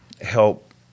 help